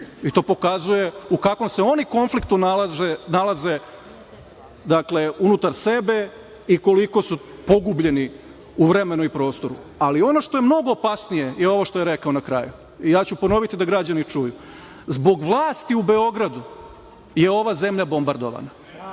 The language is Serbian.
To pokazuje u kakvom se oni konfliktu nalaze, dakle, unutar sebe i koliko su pogubljeni u vremenu i prostoru. Ono što je mnogo opasnije je ovo što je rekao na kraju. Ja ću ponoviti, da građani čuju – zbog vlasti u Beogradu je ova zemlja bombardovana.